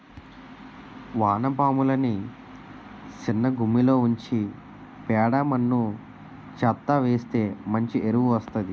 వానపాములని సిన్నగుమ్మిలో ఉంచి పేడ మన్ను చెత్తా వేస్తె మంచి ఎరువు వస్తాది